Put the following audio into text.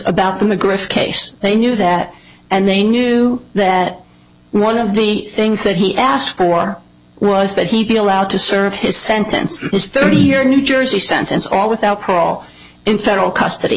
about the mcgriff case they knew that and they knew that one of the things that he asked for was that he be allowed to serve his sentence study here in new jersey sentence all without paul in federal custody